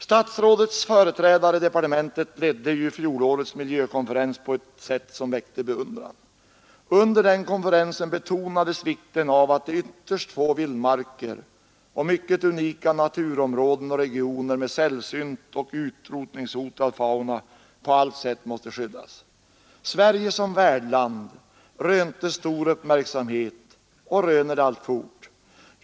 Statsrådets företrädare i departementet ledde ju fjolårets miljökonferens på ett sätt som väckte beundran. Under denna betonades vikten av att våra ytterst få vildmarker och mycket unika naturområden och regioner med sällsynt och utrotningshotad fauna på allt sätt måste skyddas. Sverige som värdland rönte stor uppmärksamhet och röner det alltfort.